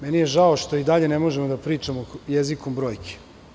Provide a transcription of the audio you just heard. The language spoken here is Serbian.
Meni je žao što i dalje ne možemo da pričamo jezikom brojki.